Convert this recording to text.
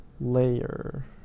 layer